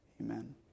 Amen